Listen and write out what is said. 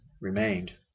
remained